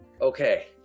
Okay